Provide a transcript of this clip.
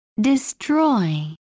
Destroy